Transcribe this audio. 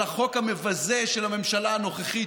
על החוק המבזה של הממשלה הנוכחית,